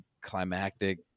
climactic